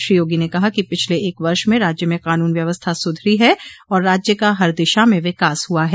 श्री योगी ने कहा कि पिछले एक वर्ष में राज्य में कानून व्यवस्था सुधरी है और राज्य का हर दिशा में विकास हुआ है